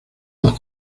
dos